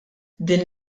din